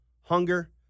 Hunger